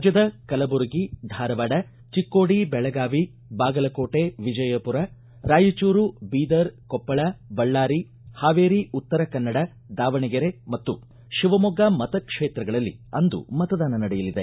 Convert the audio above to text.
ರಾಜ್ಯದ ಕಲಬುರಗಿ ಧಾರವಾಡ ಚಿಕ್ಕೋಡಿ ಬೆಳಗಾವಿ ಬಾಗಲಕೋಟೆ ವಿಜಯಮರ ರಾಯಚೂರು ಬೀದರ್ ಕೊಪ್ಪಳ ಬಳ್ಳಾರಿ ಪಾವೇರಿ ಉತ್ತರಕನ್ನಡ ದಾವಣಗರೆ ಮತ್ತು ಶಿವಮೊಗ್ಗ ಮತ್ಷೇತ್ರಗಳಲ್ಲಿ ಅಂದು ಮತದಾನ ನಡೆಯಲಿದೆ